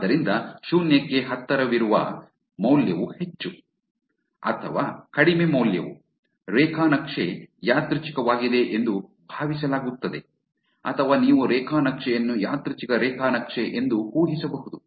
ಆದ್ದರಿಂದ ಶೂನ್ಯಕ್ಕೆ ಹತ್ತಿರವಿರುವ ಮೌಲ್ಯವು ಹೆಚ್ಚು ಅಥವಾ ಕಡಿಮೆ ಮೌಲ್ಯವು ರೇಖಾ ನಕ್ಷೆ ಯಾದೃಚ್ಛಿಕವಾಗಿದೆ ಎಂದು ಭಾವಿಸಲಾಗುತ್ತದೆ ಅಥವಾ ನೀವು ರೇಖಾ ನಕ್ಷೆ ಅನ್ನು ಯಾದೃಚ್ಛಿಕ ರೇಖಾ ನಕ್ಷೆ ಎಂದು ಊಹಿಸಬಹುದು